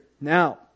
Now